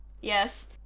Yes